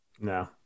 No